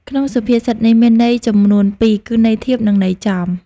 ក្នុងសុភាសិតនេះមានន័យចំនួនពីរគឺន័យធៀបនិងន័យចំ ។